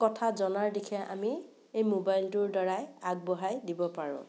কথা জনাৰ দিশে আমি এই মোবাইলটোৰ দ্বাৰাই আগবঢ়াই দিব পাৰোঁ